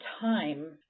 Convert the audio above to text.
time